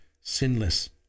sinless